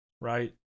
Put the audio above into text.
right